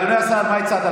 אדוני השר, מה הצעת?